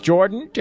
Jordan